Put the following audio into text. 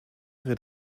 wird